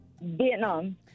Vietnam